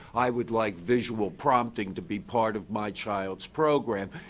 i would like visual prompting to be part of my child's program,